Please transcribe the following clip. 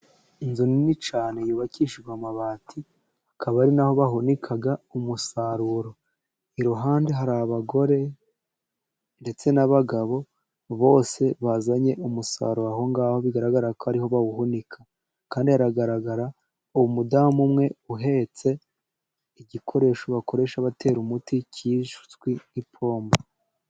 Inzu nini cyane yubakishijwe amabati akaba ari naho bahunika umusaruro iruhande hari abagore, ndetse n'abagabo bose bazanye umusaruro ahongaho, bigaragara ko ariho bawuhunika kandi hagaragara umudamu umwe uhetse igikoresho bakoresha batera umuti kiswe ipombo.